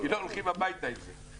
כי לא הולכים הביתה עם זה.